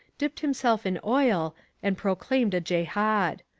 dipped himself in oil and proclaimed a jehad.